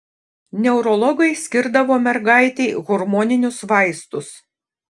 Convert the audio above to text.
neurologai skirdavo mergaitei hormoninius vaistus